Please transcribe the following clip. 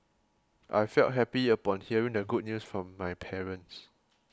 I felt happy upon hearing the good news from my parents